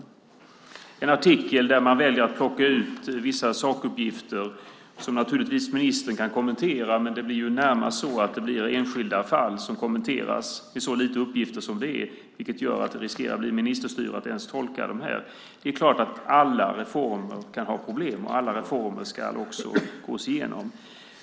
Det är en artikel där man väljer att plocka ut vissa sakuppgifter som ministern naturligtvis kan kommentera, men det blir ju närmast så att det blir enskilda fall som kommenteras med så lite uppgifter som det är, vilket gör att det riskerar att bli ministerstyre att ens tolka det. Det är klart att alla reformer kan ha problem, och alla reformer ska också gås igenom.